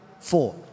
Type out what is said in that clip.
four